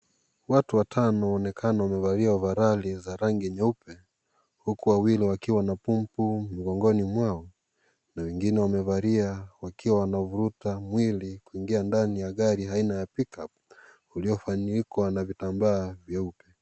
Watu watano waonekana wamevalia ovaroli za rangi nyeupe huku wawili wakiwa na bumbu mgongoni mwao na wengine wamevalia wakiwa wanavuruta mwili kuingia ndani ya gari aina ya Pick up uliofunikwa na vitambaa vyeupe.